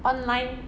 你 leh